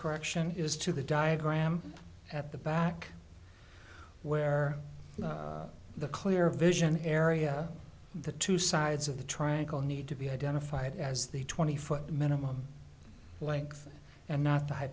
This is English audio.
correction is to the diagram at the back where the clear vision area the two sides of the triangle need to be identified as the twenty foot minimum length and not the